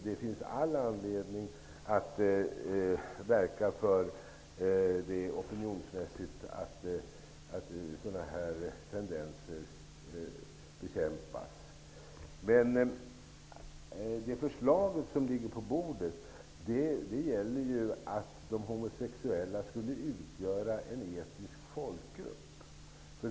Det finns all anledning att verka för opinionsmässigt att sådana här tendenser bekämpas. Det förslag som ligger på bordet gäller att de homosexuella skulle utgöra en etnisk folkgrupp.